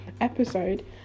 episode